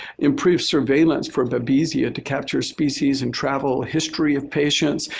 improve surveillance for babesia to capture species in travel history of patients,